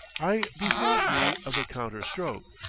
i bethought me of a counter-stroke.